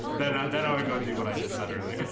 that i'll go do what i just said earlier.